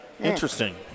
Interesting